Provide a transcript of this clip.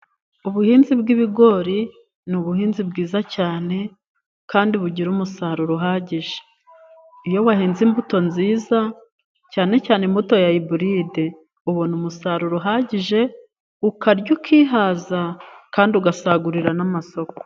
Ubuhinzi bw'ibigori ni ubuhinzi bwiza cyane kandi bugira umusaruro uhagije, iyo wahinze imbuto nziza cyane cyane imbuto ya iburide ubona umusaruro uhagije, ukarya ukihaza kandi ugasagurira n'amasoko.